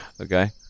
okay